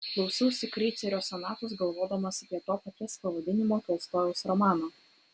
klausausi kreicerio sonatos galvodamas apie to paties pavadinimo tolstojaus romaną